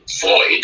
void